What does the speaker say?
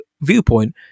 viewpoint